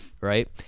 right